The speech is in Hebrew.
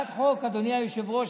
אדוני היושב-ראש,